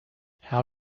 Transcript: how